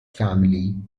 family